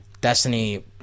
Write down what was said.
Destiny